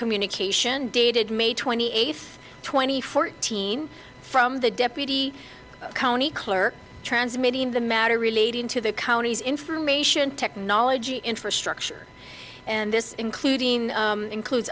communication dated may twenty eighth twenty fourteen from the deputy county clerk transmitting the matter relating to the county's information technology infrastructure and this including includes